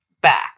back